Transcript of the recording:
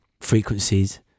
frequencies